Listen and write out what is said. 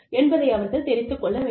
என்பதை அவர்கள் தெரிந்து கொள்ள வேண்டும்